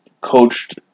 coached